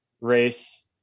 race